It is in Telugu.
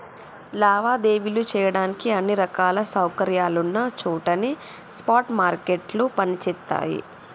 లావాదేవీలు చెయ్యడానికి అన్ని రకాల సౌకర్యాలున్న చోటనే స్పాట్ మార్కెట్లు పనిచేత్తయ్యి